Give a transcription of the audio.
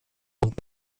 und